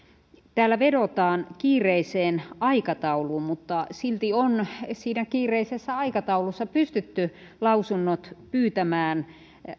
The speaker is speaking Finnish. täällä vedotaan kiireiseen aikatauluun mutta silti on siinä kiireisessä aikataulussa pystytty lausunnot pyytämään